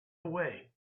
away